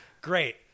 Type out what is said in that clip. Great